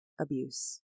abuse